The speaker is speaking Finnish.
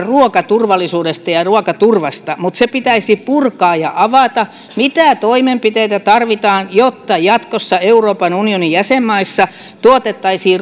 ruokaturvallisuudesta ja ja ruokaturvasta niin pitäisi purkaa ja avata mitä toimenpiteitä tarvitaan jotta jatkossa euroopan unionin jäsenmaissa tuotettaisiin